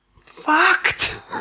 Fucked